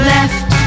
Left